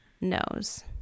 knows